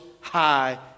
High